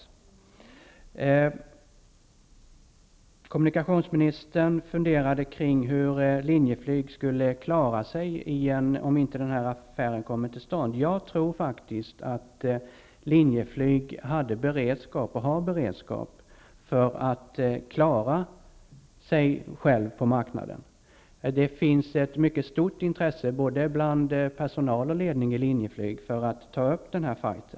Kommunikationsministern funderade på hur Linjeflyg skall klara sig om den här affären inte skulle komma till stånd. Jag tror att Linjeflyg hade och har beredskap för att klara sig själv på marknaden. Det finns ett stort intresse både bland personal och i ledningen för Linjeflyg för att ta upp denna fight.